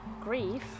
grief